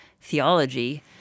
theology